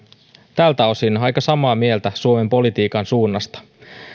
tältä osin aika samaa mieltä suomen politiikan suunnasta